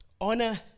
honor